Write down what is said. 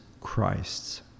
Christ's